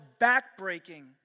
backbreaking